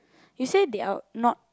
you say they are not